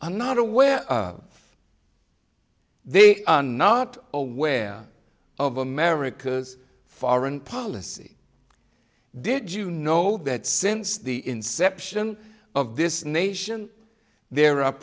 are not aware of they are not aware of america's foreign policy did you know that since the inception of this nation there a